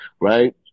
right